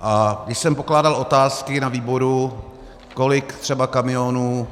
A když jsem pokládal otázky na výboru, kolik třeba kamionů